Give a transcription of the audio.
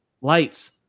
lights